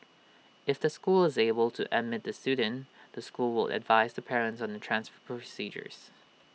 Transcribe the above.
if the school is able to admit the student the school will advise the parent on the transfer procedures